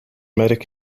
merk